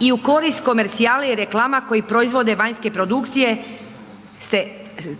i u korist komercijale i reklama koji proizvode vanjske produkcije ste,